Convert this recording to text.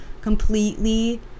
completely